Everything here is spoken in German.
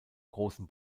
großen